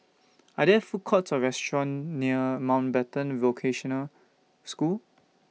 Are There Food Courts Or restaurants near Mountbatten Vocational School